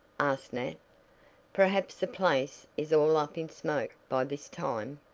asked nat perhaps the place is all up in smoke by this time.